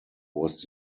was